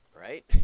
right